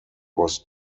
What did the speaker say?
was